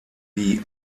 die